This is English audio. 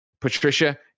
Patricia